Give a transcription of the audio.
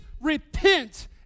repent